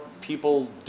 people's